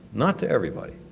not to everybody.